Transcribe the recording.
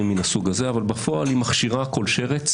מהסוג הזה אבל בפועל היא מכשירה כל שרץ